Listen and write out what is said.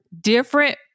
different